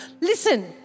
Listen